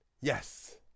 Yes